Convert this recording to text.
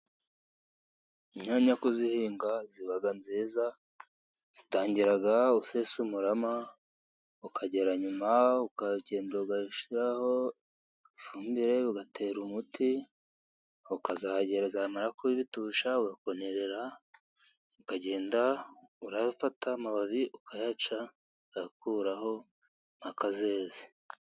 Inyanya kuzihinga ziba nziza. Zitangira usesa umurama, ukagera nyuma ukagenda ugashyiraho ifumbire, ugatera umuti, ukazahagera zamara kuba ibitusha, ugakonerera ukagenda urafata amababi ukayaca ukuyakuraho mpaka zeze.